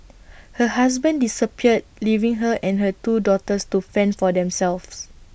her husband disappeared leaving her and her two daughters to fend for themselves